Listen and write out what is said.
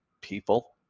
people